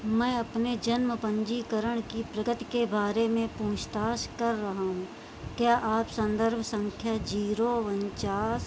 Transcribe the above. मैं अपने जन्म पंजीकरण की प्रगति के बारे में पूछताछ कर रहा हूँ क्या आप संदर्भ संख्या जीरो उनचास